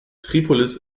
tripolis